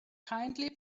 kindly